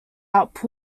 output